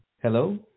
Hello